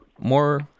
more